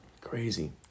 Crazy